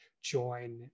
join